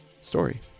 story